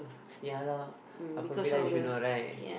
ya lor Haw-Par-Villa you should know right